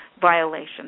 violation